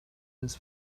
his